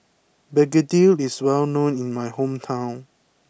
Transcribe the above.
Begedil is well known in my hometown